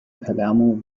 palermo